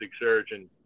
surgeon